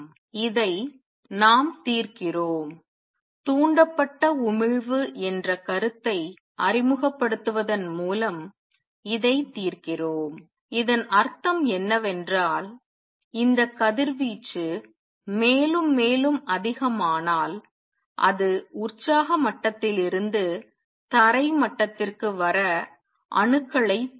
இதை நாம் தீர்க்கிறோம் தூண்டப்பட்ட உமிழ்வு என்ற கருத்தை அறிமுகப்படுத்துவதன் மூலம் இதைத் தீர்க்கிறோம் இதன் அர்த்தம் என்னவென்றால் இந்த கதிர்வீச்சு மேலும் மேலும் அதிகமானால் அது உற்சாக மட்டத்திலிருந்து தரை மட்டத்திற்கு வர அணுக்களைத் தூண்டும்